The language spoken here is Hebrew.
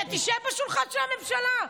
שתשב בשולחן של הממשלה.